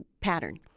pattern